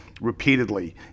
repeatedly